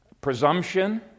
Presumption